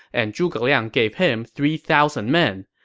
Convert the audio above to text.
and zhuge liang gave him three thousand men.